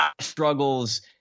struggles